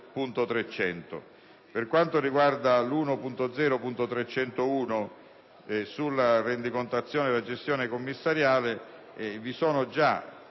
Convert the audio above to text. Per quanto riguarda l'emendamento 1.0.301 sulla rendicontazione della gestione commissariale, vi sono già